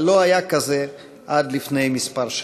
אבל לא היה כזה עד לפני כמה שנים.